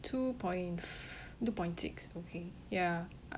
two point f~ two point six okay ya